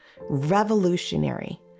revolutionary